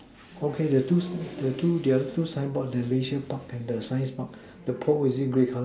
okay the two s~ the two the other two sign board the leisure park and science park the pole is it grey colour